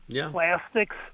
plastics